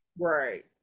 Right